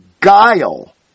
guile